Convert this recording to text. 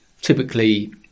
typically